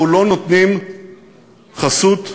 אנחנו לא נותנים חסות לאיש,